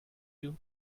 you